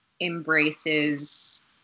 embraces